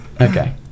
Okay